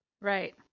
Right